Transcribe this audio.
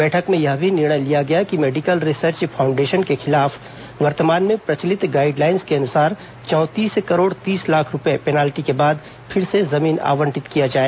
बैठक में यह भी निर्णय लिया गया कि मेडिकल रिसर्व फाउंडेशन के खिलाफ वर्तमान में प्रचलित गाइडलाइन्स के अनुसार चौंतीस करोड़ तीस लाख रूपये पेनाल्टी के बाद फिर से जमीन आवंटित किया जाए